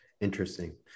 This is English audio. Interesting